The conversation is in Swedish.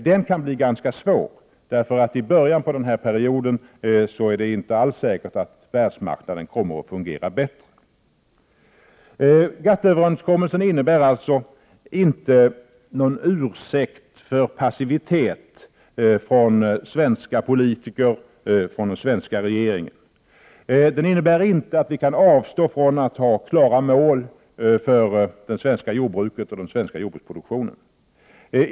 Den kan bli ganska svår, för i början av den här perioden är det inte alls säkert att världsmarknaden kommer att fungera bättre. GATT-överenskommelsen innebär alltså inte någon ursäkt för passivitet från svenska politiker eller från den svenska regeringen. Den innebär inte att vi kan avstå från att ha klara mål för det svenska jordbruket och den svenska jordbruksproduktionen.